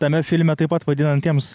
tame filme taip pat vadinantiems